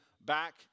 back